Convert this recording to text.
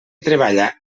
treballa